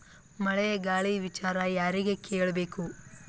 ಮಳೆ ಗಾಳಿ ವಿಚಾರ ಯಾರಿಗೆ ಕೇಳ್ ಬೇಕು?